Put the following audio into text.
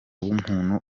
w’umuntu